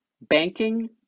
banking